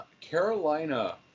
Carolina